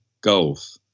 golf